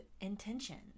intentions